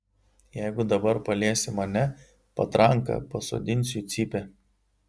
jeigu dabar paliesi mane patranka pasodinsiu į cypę